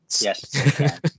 Yes